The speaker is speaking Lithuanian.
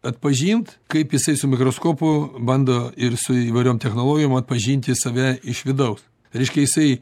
atpažint kaip jisai su mikroskopu bando ir su įvairiom technologijom atpažinti save iš vidaus reiškia jisai